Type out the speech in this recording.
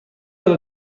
alla